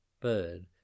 Bird